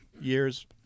years